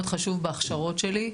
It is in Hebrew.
מאוד חשוב בהכשרות שלי.